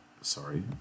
Sorry